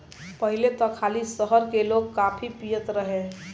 पहिले त खाली शहर के लोगे काफी पियत रहे